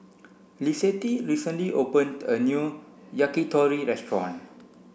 Lissette recently opened a new Yakitori restaurant